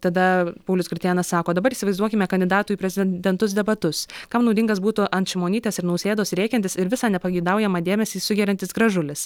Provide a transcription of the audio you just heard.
tada paulius gritėnas sako dabar įsivaizduokime kandidatų į prezidentus debatus kam naudingas būtų ant šimonytės ir nausėdos rėkiantis ir visą nepageidaujamą dėmesį sugeriantis gražulis